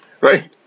right